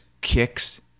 kicks